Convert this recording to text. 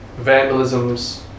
vandalisms